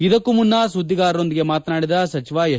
ಇದಕ್ಕೂ ಮುನ್ನ ಸುದ್ದಿಗಾರರೊಂದಿಗೆ ಮಾತನಾಡಿದ ಸಚಿವ ಎಸ್